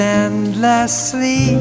endlessly